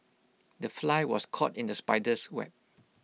the fly was caught in the spider's web